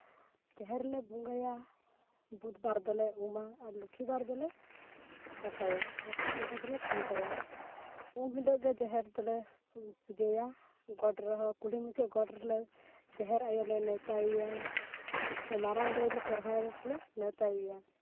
ᱡᱟᱦᱮᱨ ᱨᱮᱞᱮ ᱵᱚᱸᱜᱟᱭᱟ ᱵᱩᱫᱷ ᱵᱟᱨ ᱫᱚᱞᱮ ᱩᱢᱟ ᱞᱚᱠᱠᱷᱤ ᱵᱟᱨ ᱫᱚᱞᱮ ᱫᱟᱠᱟᱭᱟ ᱟᱨ ᱥᱩᱠᱩᱨ ᱵᱟᱨ ᱫᱚᱞᱮ ᱠᱷᱩᱱᱴᱟᱹᱭᱟ ᱩᱢ ᱦᱤᱞᱳᱜ ᱜᱮ ᱡᱟᱦᱮᱨ ᱫᱚᱞᱮ ᱯᱩᱡᱟᱹᱭᱟ ᱜᱚᱰ ᱨᱮᱦᱚᱸ ᱠᱩᱞᱦᱤ ᱢᱩᱪᱟᱹᱫ ᱜᱚᱰ ᱨᱮᱞᱮ ᱡᱟᱦᱮᱨ ᱟᱭᱳᱞᱮ ᱱᱮᱣᱛᱟᱭ ᱮᱭᱟ ᱢᱟᱨᱟᱝ ᱫᱟᱹᱭᱞᱮ ᱥᱚᱨᱦᱟᱭ ᱨᱮᱞᱮ ᱱᱮᱣᱛᱟᱭᱮᱭᱟ